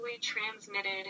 transmitted